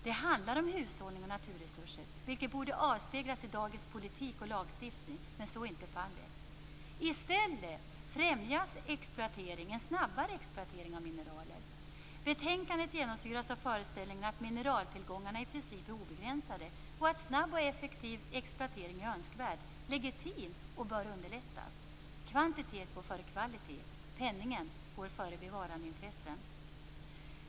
Det handlar om hushållning och naturresurser, vilket borde avspeglas i dagens politik och lagstiftning. Men så är inte fallet. I stället främjas en snabbare exploatering av mineraler. Betänkandet genomsyras av föreställningen att mineraltillgångarna i princip är obegränsade och att en snabb och effektiv exploatering är önskvärd, legitim och bör underlättas. Kvantitet går för kvalitet. Penningen går före bevarandeintressena.